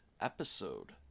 episode